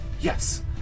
yes